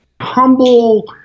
humble